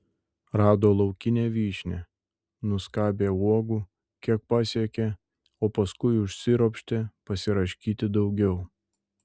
rado laukinę vyšnią nuskabė uogų kiek pasiekė o paskui užsiropštė pasiraškyti daugiau